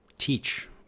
teach